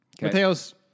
Mateos